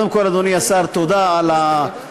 קודם כול, אדוני השר, תודה על העבודה.